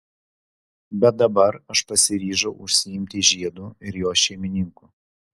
bet dabar aš pasiryžau užsiimti žiedu ir jo šeimininku